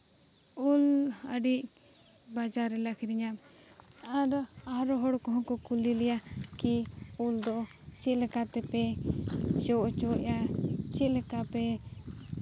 ᱩᱞ ᱟᱹᱰᱤ ᱵᱟᱡᱟᱨ ᱨᱮᱞᱮ ᱟᱹᱠᱷᱨᱤᱧᱟ ᱟᱨ ᱦᱚᱲ ᱠᱚᱦᱚᱸ ᱠᱚ ᱠᱩᱞᱤ ᱞᱮᱭᱟ ᱠᱤ ᱩᱞ ᱫᱚ ᱪᱮᱫ ᱞᱮᱠᱟ ᱛᱮᱯᱮ ᱡᱚ ᱦᱚᱪᱚᱭᱮᱫᱼᱟ ᱪᱮᱫ ᱞᱮᱠᱟᱯᱮ